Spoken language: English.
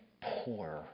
poor